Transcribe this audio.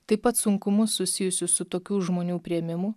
taip pat sunkumus susijusius su tokių žmonių priėmimu